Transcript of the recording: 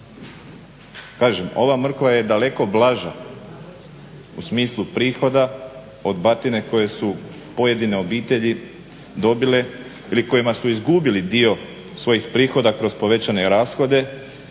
Kažem, ova mrkva je daleko blaža u smislu prihoda od batine koje su pojedine obitelji dobile ili kojima su izgubili dio svojih prihoda kroz povećane rashode